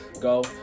go